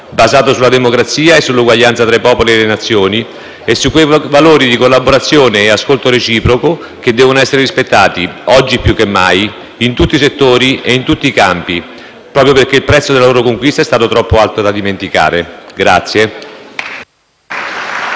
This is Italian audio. basato sulla democrazia e sull'uguaglianza tra i popoli e le nazioni, e su quei valori di collaborazione e ascolto reciproco che devono essere rispettati, oggi più che mai, in tutti i settori e in tutti i campi, proprio perché il prezzo della loro conquista è stato troppo alto da dimenticare.